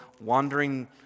wandering